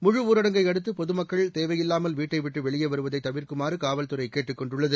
முழுஊரடங்கை அடுத்து பொதுமக்கள் தேவையில்லாமல் வீட்டைவிட்டு வெளியே வருவதை தவிர்க்குமாறு காவல்துறை கேட்டுக் கொண்டுள்ளது